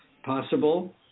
possible